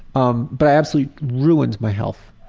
um but i absolutely ruined my health.